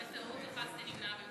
לפרוטוקול, בטעות לחצתי נמנע במקום בעד.